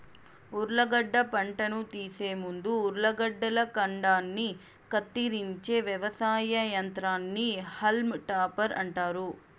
ఉర్లగడ్డ పంటను తీసే ముందు ఉర్లగడ్డల కాండాన్ని కత్తిరించే వ్యవసాయ యంత్రాన్ని హాల్మ్ టాపర్ అంటారు